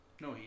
No